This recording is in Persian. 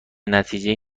نتیجهای